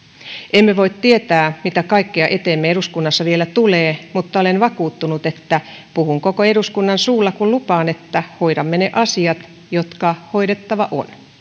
emme voi tietää mitä kaikkea eteemme eduskunnassa vielä tulee mutta olen vakuuttunut että puhun koko eduskunnan suulla kun lupaan että hoidamme ne asiat jotka hoidettava on